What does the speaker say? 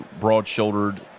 broad-shouldered